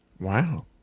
Wow